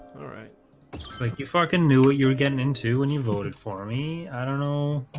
all right looks like you fucking knew what you were getting into when you voted for me, i don't know